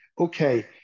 okay